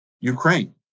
Ukraine